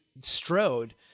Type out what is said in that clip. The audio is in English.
Strode